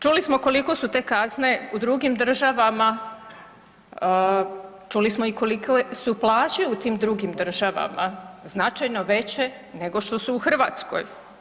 Čuli smo koliko su te kazne u drugim državama, čuli koliko su i plaće u tim drugim državama značajno veće nego što su u Hrvatskoj.